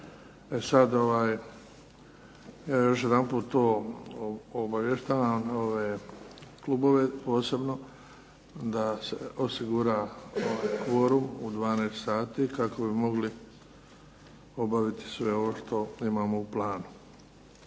sati. Ja još jedanput to obavještavam ove klubove posebno da se osigura kvorum u 12 sati kako bi mogli obaviti sve ovo što imamo u planu.